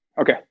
Okay